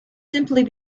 simply